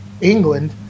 england